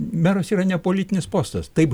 meras yra ne politinis postas taip